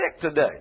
today